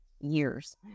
years